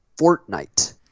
Fortnite